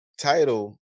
title